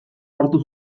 hartu